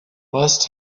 must